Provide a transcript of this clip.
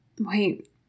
wait